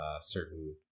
certain